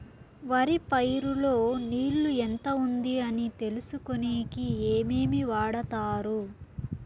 వరి పైరు లో నీళ్లు ఎంత ఉంది అని తెలుసుకునేకి ఏమేమి వాడతారు?